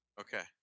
Okay